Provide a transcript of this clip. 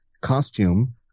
costume